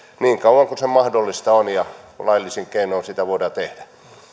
niin kauan kuin se mahdollista on ja laillisin keinoin sitä voidaan tehdä